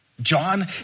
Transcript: John